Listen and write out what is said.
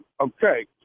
Okay